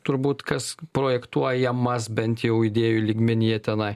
turbūt kas projektuojamas bent jau idėjų lygmenyje tenai